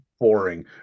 boring